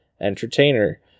entertainer